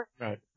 right